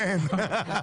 כן.